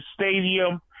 stadium